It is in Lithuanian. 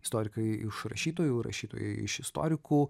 istorikai iš rašytojų rašytojai iš istorikų